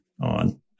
on